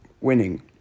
winning